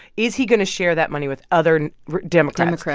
is he going to share that money with other democrats. democrats,